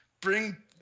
Bring